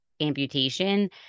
amputation